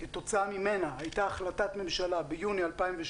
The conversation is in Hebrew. כתוצאה ממנה הייתה החלטת ממשלה ביוני 2017